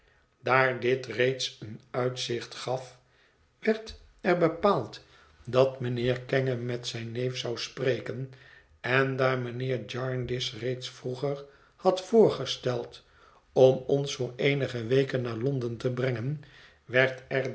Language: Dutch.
daar dit reeds een uitzicht gaf word er bepaald dat mijnheer kenge met zijn neef zou spreken en daar mijnheer jarndyce reeds vroeger had voorgesteld om ons voor eenige weken naar lo n d e n te brengen werd